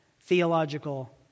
theological